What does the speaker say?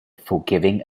forgiving